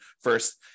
first